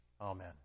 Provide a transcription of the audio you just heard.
Amen